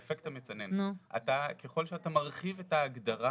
האפקט המצנן, ככל שאתה מרחיב את ההגדרה